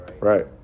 Right